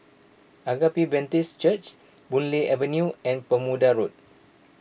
Agape Baptist Church Boon Lay Avenue and Bermuda Road